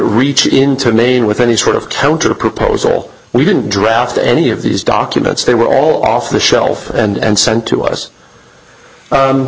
reach into maine with any sort of counterproposal we didn't draft any of these documents they were all off the shelf and sent to us